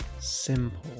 simple